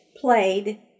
played